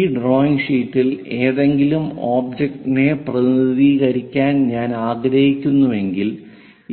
ഈ ഡ്രോയിംഗ് ഷീറ്റിൽ ഏതെങ്കിലും ഒബ്ജക്റ്റിനെ പ്രതിനിധീകരിക്കാൻ ഞാൻ ആഗ്രഹിക്കുന്നുവെങ്കിൽ